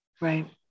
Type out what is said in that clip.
Right